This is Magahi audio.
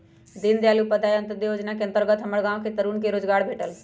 दीनदयाल उपाध्याय अंत्योदय जोजना के अंतर्गत हमर गांव के तरुन के रोजगार भेटल